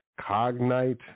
Cognite